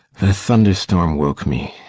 the thunderstorm woke me.